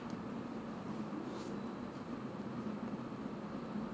but xing qiu in a sense 你你你都没有好像还没有打到你还没有升升升级他对吗